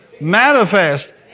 manifest